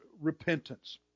repentance